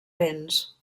vents